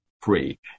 free